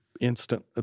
instant